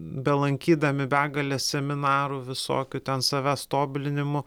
belankydami begales seminarų visokių ten savęs tobulinimo